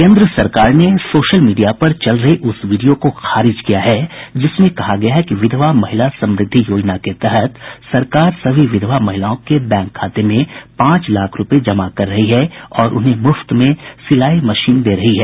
केन्द्र सरकार ने सोशल मीडिया पर चल रही उस वीडियो को खारिज किया है जिसमें कहा गया है कि विधवा महिला समृद्धि योजना के तहत सरकार सभी विधवा महिलाओं के बैंक खाते में पांच लाख रूपये नकद जमा कर रही है और उन्हें मुफ्त में सिलाई मशीन दे रही है